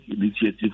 Initiative